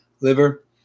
liver